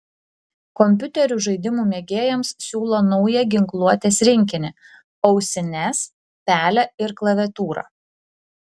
kompiuterių žaidimų mėgėjams siūlo naują ginkluotės rinkinį ausines pelę ir klaviatūrą